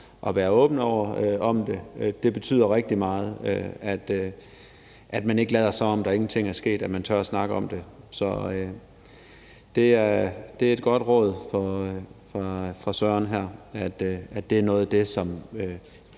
og være åbne om det. Det betyder rigtig meget, at man ikke lader, som om der ingenting er sket, og at man tør snakke om det. Så det er et godt råd fra Søren, at noget af det, der